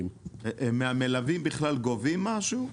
מהמלווים בכלל גובים משהו?